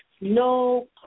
no